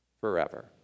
forever